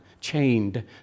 chained